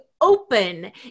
open